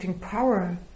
power